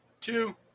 two